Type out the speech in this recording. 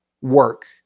work